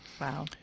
Wow